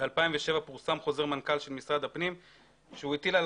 ב-2007 פורסם חוזר מנכ"ל של משרד הפנים שהטיל על